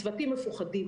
הצוותים מפוחדים,